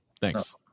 Thanks